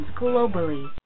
globally